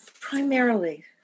primarily